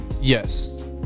Yes